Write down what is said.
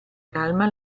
calma